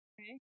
Okay